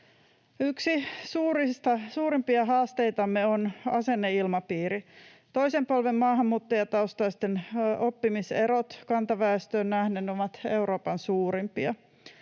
Yksi suurimpia haasteitamme on asenneilmapiiri. Toisen polven maahanmuuttajataustaisten oppimiserot kantaväestöön nähden ovat Euroopan suurimpia.